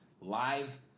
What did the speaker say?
Live